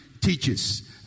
teaches